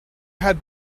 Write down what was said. had